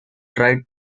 tried